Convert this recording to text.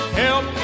help